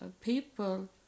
people